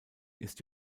ist